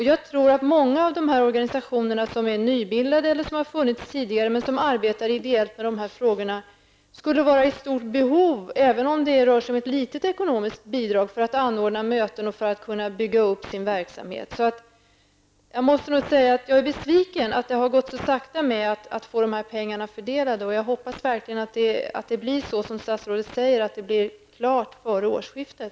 Jag tror att många av de organisationer som arbetar ideellt med dessa frågor, nybildade eller sådana som har funnits tidigare, skulle vara i stort behov av även ett litet ekonomiskt bidrag för att anordna möten och för att kunna bygga upp sin verksamhet. Jag måste nog säga att jag är besviken över att det har gått så sakta att få dessa pengar fördelade. Jag hoppas verkligen att det blir som statsrådet säger, dvs. att arbetet blir färdigt före årsskiftet.